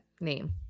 name